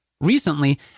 Recently